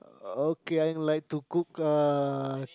okay I like to cook uh